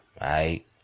right